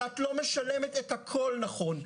אבל את לא משלמת את הכול, נכון,